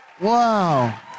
Wow